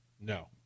No